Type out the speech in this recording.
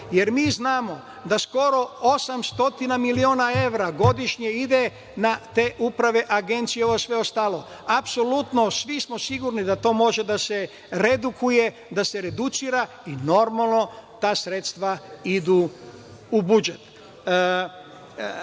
jer mi znamo da skoro 800 miliona evra godišnje ide na te uprave, agencije i sve ostalo. Apsolutno smo sigurni da to može da se redukuje i da ta sredstva idu u budžet. Ne